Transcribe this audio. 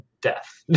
death